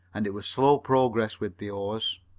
and it was slow progress with the oars.